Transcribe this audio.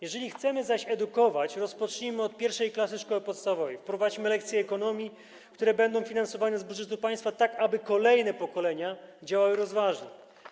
Jeżeli chcemy edukować, rozpocznijmy od pierwszej klasy szkoły podstawowej, wprowadźmy lekcje ekonomii, które będą finansowane z budżetu państwa, aby kolejne pokolenia działały rozważnie.